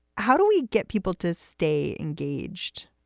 how do we get people to stay engaged?